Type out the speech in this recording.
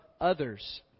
others